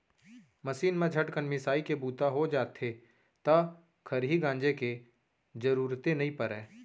machine म झटकन मिंसाइ के बूता हो जाथे त खरही गांजे के जरूरते नइ परय